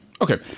Okay